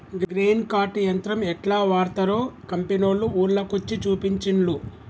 grain cart యంత్రం యెట్లా వాడ్తరో కంపెనోళ్లు ఊర్ల కొచ్చి చూపించిన్లు